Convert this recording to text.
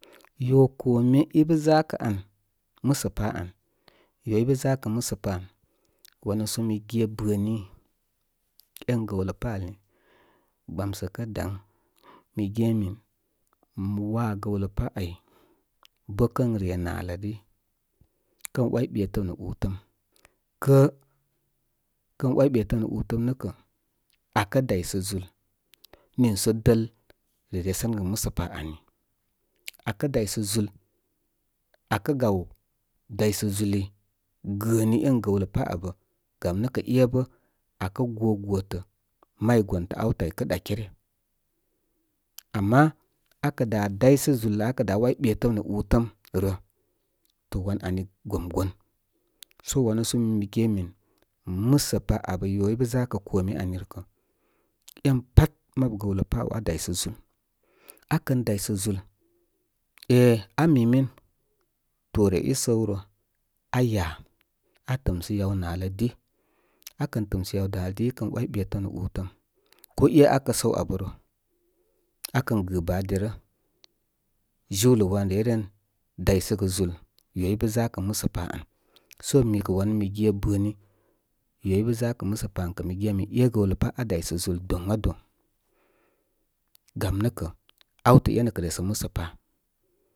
Yo kome i bə za kə an, musə pa an, yo i pəzakə musə pa ani wanu sə mi gebə ni én gəwləpá ani. Gbamsə kə dary mi ge min mo waa gəwlə pa ay bə kən re nalə di. Kən ‘way ɓetəm nə utəm kə kən, ‘way ɓetəm nə útəm nə kə akə daysə zúl niisə dəl re resənəgə musə pa ani. Akə day zúl akə gaw daysə zúli gəəni en gəwlə pá abə. Gam nə kə é bə akə go gotə may gontə awtə áy kə ɗakare. Ama akə dá daysə zúl lə akə dá ‘way ɓetəm nə útəm rə. To wan ani gmgon. So wani so mi mi ge min, musə pa abə yo i bə za kə kome anirə kə én pat, mabu gəwlə paw aa daysə zúl. Akən daysə zúl éh aa mimin toore i səwrə. Ayá tɨmsə yaw nalədi. Akən tɨmsə yaw nalədi, ikən ‘way betəm nə útəm, ko é akə səw abə rə, akən gɨ baa derə, jiwlə wan reyren daysəgə zúl yo i pəza kə musə pa an. So mi kə wanu mi ge bəni yo ipə zakə musə pa an kə mi ge min é gowlə pá aa daysə zúl doŋado, gamnəkə awtə enə kə re sə musə pa.